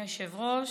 אדוני היושב-ראש,